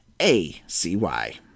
A-C-Y